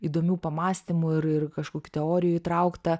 įdomių pamąstymų ir ir kažkur teorijų įtraukta